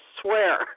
swear